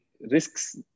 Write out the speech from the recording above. risks